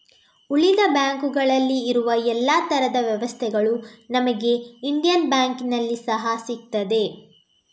ಉಳಿದ ಬ್ಯಾಂಕುಗಳಲ್ಲಿ ಇರುವ ಎಲ್ಲಾ ತರದ ವ್ಯವಸ್ಥೆಗಳು ನಮಿಗೆ ಇಂಡಿಯನ್ ಬ್ಯಾಂಕಿನಲ್ಲಿ ಸಹಾ ಸಿಗ್ತದೆ